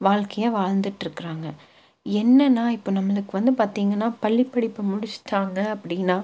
வாழ்க்கையை வாழ்ந்துட்டு இருக்கிறாங்க என்னனால் இப்போ நம்மளுக்கு வந்து பார்த்திங்கன்னா பள்ளி படிப்பு முடித்திட்டாங்க அப்படினா